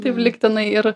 taip lygtinai ir